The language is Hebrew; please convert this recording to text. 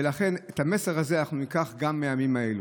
ולכן את המסר הזה ניקח גם לימים האלה.